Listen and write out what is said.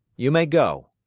you may go,